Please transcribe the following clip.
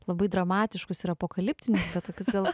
labai dramatiškus ir apokaliptinius tokius gal